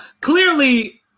Clearly